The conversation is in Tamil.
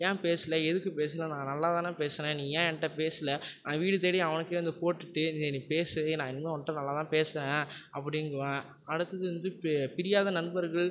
ஏன் பேசல எதுக்கு பேசல நான் நல்லா தானே பேசினேன் நீ ஏன் என்கிட்ட பேசல அவன் வீடு தேடி அவனுக்கு அதை போட்டுகிட்டு நீ பேசு நான் இனிமே உன்கிட்ட நல்லா தான் பேசுகிறேன் அப்படிங்குவேன் அடுத்தது வந்து இப்போ பிரியாத நண்பர்கள்